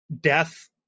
death